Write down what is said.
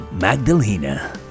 Magdalena